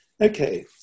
Okay